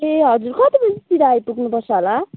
ए हजुर कति बजीतिर आइपुग्नुपर्छ होला